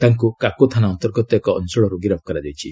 ତାଙ୍କୁ କାକୋ ଥାନା ଅନ୍ତର୍ଗତ ଏକ ଅଞ୍ଚଳରୁ ଗିରଫ୍ କରାଯାଇଛି